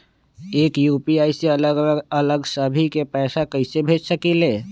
एक यू.पी.आई से अलग अलग सभी के पैसा कईसे भेज सकीले?